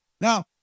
Now